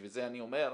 בשביל זה אני אומר,